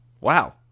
Wow